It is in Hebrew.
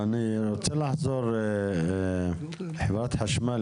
אני רוצה לחזור לחברת החשמל.